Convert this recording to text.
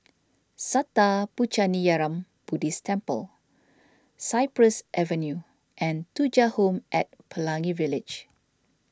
Sattha Puchaniyaram Buddhist Temple Cypress Avenue and Thuja Home at Pelangi Village